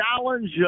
challenge